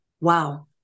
wow